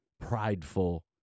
prideful